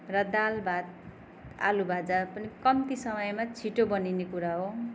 र दाल भात आलु भाजा पनि कम्ती समयमा छिटो बनिने कुरा हो